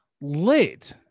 lit